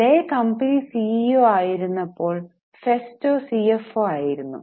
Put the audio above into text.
ലെ company C E O ആയിരുന്നപ്പോൾ Festo C F O ആയിരുന്നു